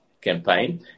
campaign